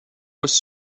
was